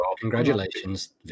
Congratulations